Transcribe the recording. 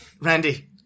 Randy